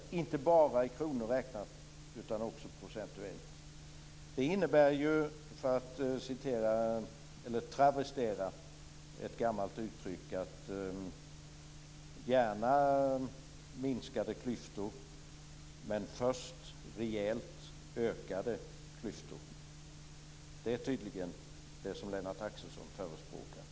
Det är inte bara i kronor räknat utan också procentuellt. För att travestera ett gammalt uttryck innebär det gärna minskade klyftor men först rejält ökade klyftor. Det är tydligen det som Lennart Axelsson förespråkar.